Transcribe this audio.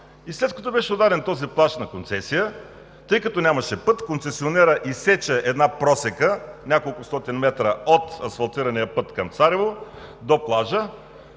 След като беше отдаден този плаж на концесия, тъй като нямаше път, концесионерът изсече една просека – няколко стотин метра от асфалтирания път към Царево – до плажа,